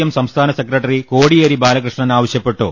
M സംസ്ഥാന secretary Kodiyeri Balakrishnan ആവശ്യപ്പെട്ടു